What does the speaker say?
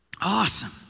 Awesome